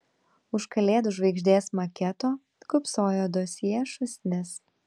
už kalėdų žvaigždės maketo kūpsojo dosjė šūsnis